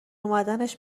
اومدنش